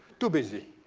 too busy.